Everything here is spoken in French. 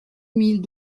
mille